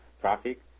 traffic